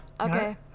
Okay